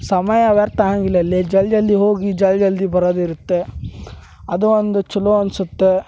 ಸಮಯ ವ್ಯರ್ಥ್ ಆಗಂಗಿಲ್ಲ ಅಲ್ಲಿ ಜಲ್ದಿ ಜಲ್ದಿ ಹೋಗಿ ಜಲ್ದಿ ಜಲ್ದಿ ಬರೋದಿರತ್ತ ಅದು ಒಂದು ಛಲೋ ಅನ್ಸತ್ತೆ